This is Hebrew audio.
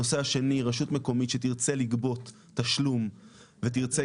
הנושא השני רשות מקומית שתרצה לגבות תשלום ותרצה